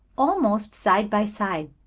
almost side by side.